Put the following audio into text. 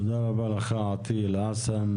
תודה רבה לך, עטיה אלאעסם,